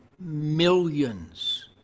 millions